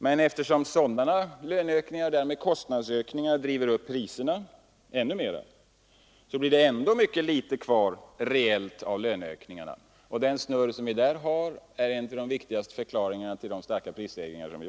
Men då sådana löneökningar och därmed kostnadsökningar driver upp priserna ännu mer, blir det ändå mycket litet kvar reellt av löneökningarna. Den ”snurren” är en av de viktigaste förklaringarna till de starka prisökningarna.